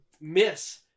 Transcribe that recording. miss